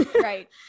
right